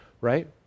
right